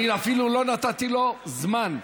אל תגלה לי.